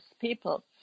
people